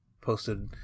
posted